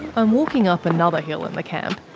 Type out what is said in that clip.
i'm walking up another hill in the camp,